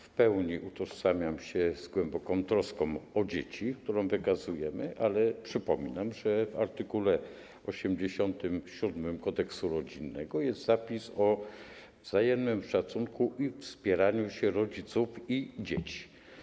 W pełni utożsamiam się z głęboką troską o dzieci, którą wykazujemy, ale przypomnę, że w art. 87 kodeksu rodzinnego jest zapis o wzajemnym szacunku i wspieraniu się rodziców i dzieci.